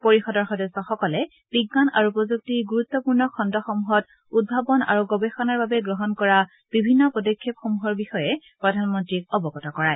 পৰিষদৰ সদস্যসকলে বিজ্ঞান আৰু প্ৰযুক্তিৰ গুৰুত্বপূৰ্ণ খণ্ডসমূহত উদ্ভাৱন আৰু গৱেষণাৰ বাবে গ্ৰহণ কৰা বিভিন্ন পদক্ষেপসমূহৰ বিষয়ে প্ৰধানমন্ত্ৰীক অৱগত কৰায়